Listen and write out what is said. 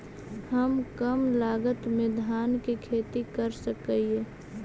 हम कम लागत में धान के खेती कर सकहिय?